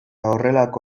horrelako